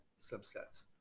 subsets